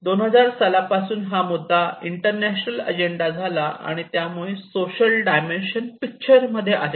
2000 सालापासून हा मुद्दा इंटरनॅशनल अजेंडा झाला आणि त्यामुळे सोशल डायमेन्शन पिक्चर मध्ये आले